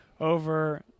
over